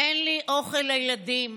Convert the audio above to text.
אין אוכל לילדים,